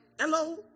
Hello